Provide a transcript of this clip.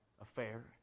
affair